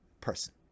person